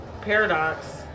paradox